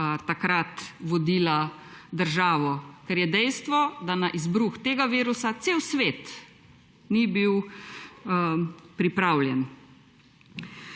takrat vodila državo, ker je dejstvo, da na izbruh tega virusa cel svet ni bil pripravljen.